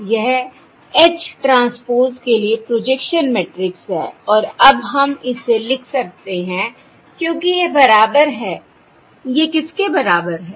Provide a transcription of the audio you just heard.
यह H transpose के लिए प्रोजेक्शन मैट्रिक्स है और अब हम इसे लिख सकते हैं क्योंकि यह बराबर है यह किसके बराबर है